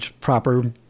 proper –